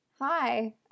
Hi